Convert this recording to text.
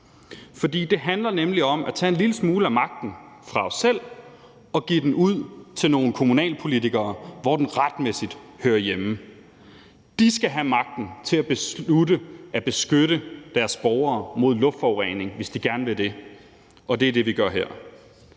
om. Det handler nemlig om at tage en lille smule af magten fra os selv og give den ud til nogle kommunalpolitikere, hvor den retmæssigt hører hjemme. De skal have magten til at beslutte at beskytte deres borgere mod luftforurening, hvis de gerne vil det. Og det er det, vi gør her.